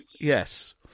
Yes